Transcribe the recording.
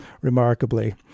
remarkably